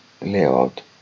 layout